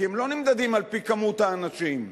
כי הם לא נמדדים על-פי כמות האנשים.